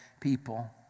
people